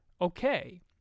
okay